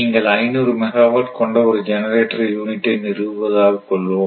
நீங்கள் 500 மெகாவாட் கொண்ட ஒரு ஜெனரேட்டர் யூனிட்டை நிறுவுவது ஆக கொள்வோம்